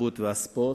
התרבות והספורט,